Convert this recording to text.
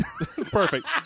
Perfect